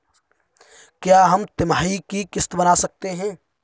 क्या हम तिमाही की किस्त बना सकते हैं?